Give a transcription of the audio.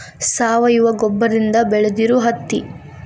ಸಾವಯುವ ಗೊಬ್ಬರದಿಂದ ಬೆಳದಿರು ಹತ್ತಿ